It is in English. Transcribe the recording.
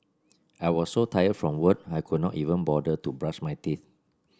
a smile can often lift up a weary spirit